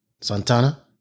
Santana